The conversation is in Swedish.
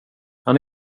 han